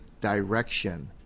direction